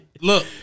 look